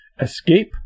escape